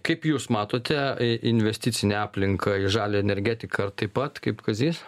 kaip jūs matote investicinę aplinką ir žalią energetiką ar taip pat kaip kazys